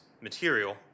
material